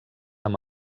amb